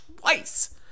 twice